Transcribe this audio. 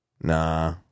Nah